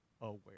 aware